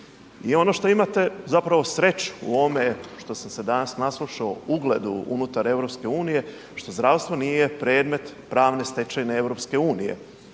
I ono što imate zapravo sreću u ovome što sam se danas naslušao, ugledu unutar EU što zdravstvo nije predmet pravne stečevine EU.